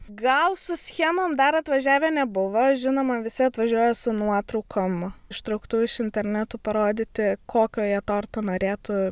gal su schemom dar atvažiavę nebuvo žinoma visi atvažiuoja su nuotraukom ištrauktų iš internetų parodyti kokio jie torto norėtų